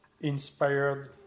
inspired